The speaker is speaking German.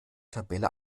tabelle